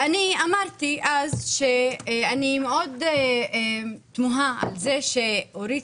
אני אמרתי אז שאני מאוד תוהה על זה שאורית